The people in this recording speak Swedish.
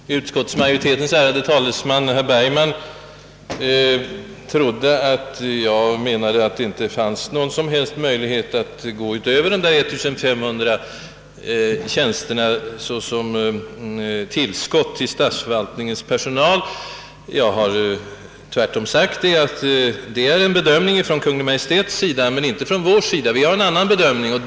Herr talman! = Utskottsmajoritetens ärade talesman herr Bergman trodde att jag menade att det inte fanns någon som helst möjlighet att gå utöver de 1500 nya tjänsterna till statsförvaltningens personal. Men jag har tvärtom sagt att detta med 1500 tjänster är en bedömning som gjorts av Kungl. Maj:t, inte av oss. Vi har alltså en annan bedömning.